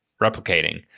replicating